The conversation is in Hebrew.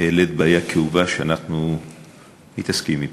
העלית בעיה כאובה שאנחנו מתעסקים בה.